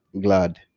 glad